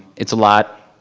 it's a lot